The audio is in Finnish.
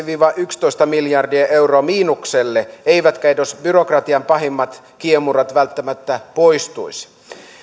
viiva yksitoista miljardia euroa miinukselle eivätkä edes byrokratian pahimmat kiemurat välttämättä poistuisi